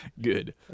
Good